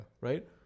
Right